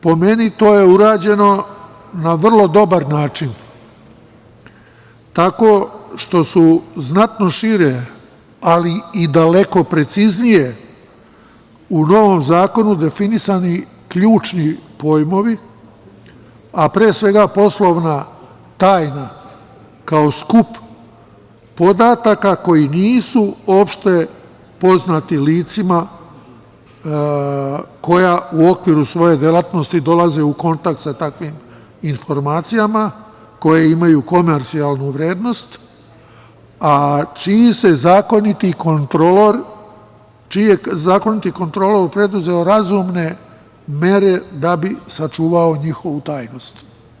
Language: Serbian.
Po meni, to je urađeno na vrlo dobar način, tako što su znatno šire, ali i daleko preciznije u novom zakonu definisani ključni pojmovi, a pre svega poslovna tajna, kao skup podataka koji nisu opštepoznati licima koja u okviru svoje delatnosti dolaze u kontakt sa takvim informacijama, koje imaju komercijalnu vrednost, a čiji je zakoniti kontrolor preduzeo razumne mere da bi sačuvao njihovu tajnost.